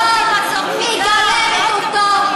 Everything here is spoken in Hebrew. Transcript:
שהרשות הזו מגלמת אותו,